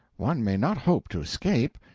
one may not hope to escape.